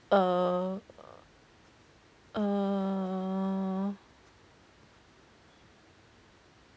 err err 嗯